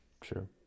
true